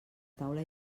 taula